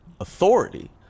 authority